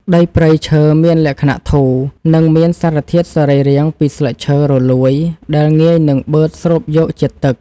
ដីព្រៃឈើមានលក្ខណៈធូរនិងមានសារធាតុសរីរាង្គពីស្លឹកឈើរលួយដែលងាយនឹងបឺតស្រូបយកជាតិទឹក។ដីព្រៃឈើមានលក្ខណៈធូរនិងមានសារធាតុសរីរាង្គពីស្លឹកឈើរលួយដែលងាយនឹងបឺតស្រូបយកជាតិទឹក។